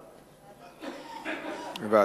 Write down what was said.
לוועדה.